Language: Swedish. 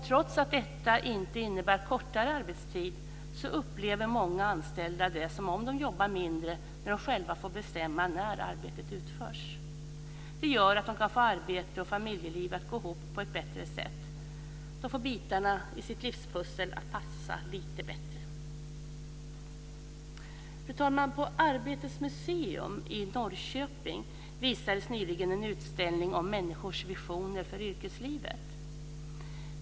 Trots att det inte innebär kortare arbetstid upplever många anställda det som om de jobbar mindre när de själva får bestämma när arbetet utförs. Det gör att de kan få arbete och familjeliv att gå ihop på ett bättre sätt. De får bitarna i sitt livspussel att passa lite bättre. Fru talman! På Arbetets museum i Norrköping visades nyligen en utställning om människors visioner för yrkeslivet.